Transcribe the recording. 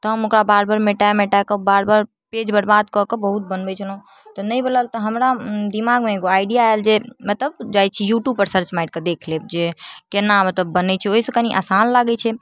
तऽ हम ओकरा बेर बेर मेटा मेटाकऽ बेर बेर पेज बर्बाद कऽ कऽ बहुत बनबै छलहुँ तऽ नहि बनल तऽ हमरा दिमागमे एगो आइडिआ आएल जे मतलब जाइ छी यूट्यूबपर सर्च मारिकऽ देखि लेब जे कोना मतलब बनै छै ओहिसँ कनि आसान लागै छै